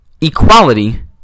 equality